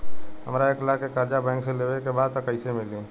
हमरा एक लाख के कर्जा बैंक से लेवे के बा त कईसे मिली?